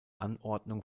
anordnung